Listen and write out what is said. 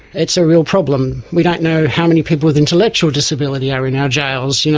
it's a real problem. we don't know how many people with intellectual disability are in our jails, you know